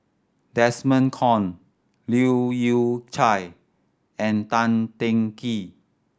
Desmond Kon Leu Yew Chye and Tan Teng Kee